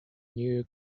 new